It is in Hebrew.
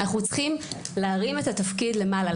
אנחנו צריכים להרים את התפקיד למעלה,